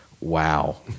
wow